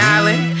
Island